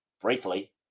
briefly